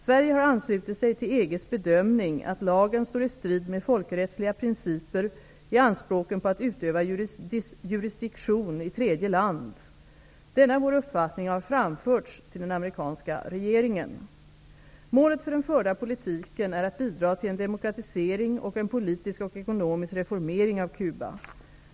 Sverige har anslutit sig till EG:s bedömning att lagen står i strid med folkrättsliga principer i anspråken på att utöva jurisdiktion i tredje land. Denna vår uppfattning har framförts till den amerikanska regeringen. Målet för den förda politiken är att bidra till en demokratisering och en politisk och ekonomisk reformering av Cuba.